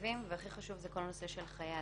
ולתקציבים והכי חשוב כל נושא חיי אדם.